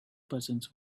persons